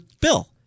bill